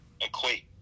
equate